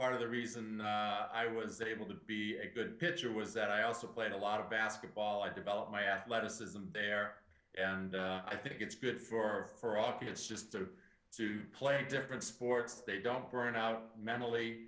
part of the reason i was able to be a good pitcher was that i also played a lot of basketball i developed my athleticism there and i think it's good for office just sort of to play different sports they don't burn out mentally